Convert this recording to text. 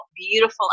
beautiful